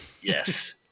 yes